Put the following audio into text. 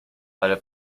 ale